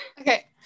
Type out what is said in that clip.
okay